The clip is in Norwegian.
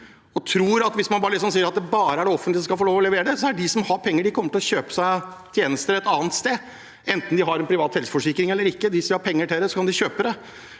og tror at hvis man sier at det bare er det offentlige som skal få lov til å levere, kommer de som har penger, til å kjøpe seg tjenester et annet sted enten de har privat helseforsikring eller ikke. Hvis de har penger til det, kan de kjøpe det.